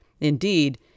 Indeed